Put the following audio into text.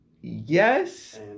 Yes